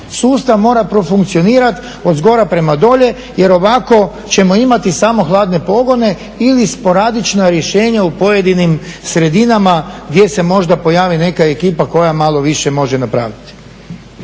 Sustav mora profunkcionirati odozgora prema dolje, jer ovako ćemo imati samo hladne pogone ili sporadična rješenja u pojedinim sredinama gdje se možda pojavi neka ekipa koja malo više može napraviti.